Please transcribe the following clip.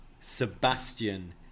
Sebastian